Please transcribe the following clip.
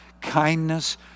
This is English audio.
kindness